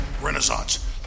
renaissance